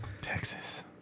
texas